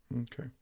Okay